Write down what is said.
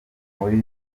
muri